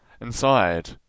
inside